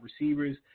receivers